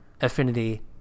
affinity